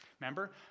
Remember